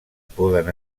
poden